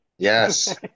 yes